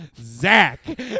zach